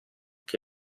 che